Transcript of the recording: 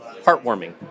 heartwarming